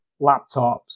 laptops